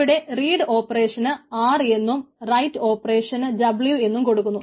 ഇവിടെ read operation R എന്നും write operation W എന്നും കൊടുക്കുന്നു